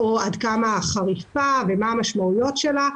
עד כמה היא חריפה ומה המשמעויות שלה.